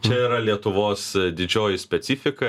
čia yra lietuvos didžioji specifika